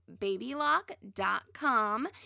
babylock.com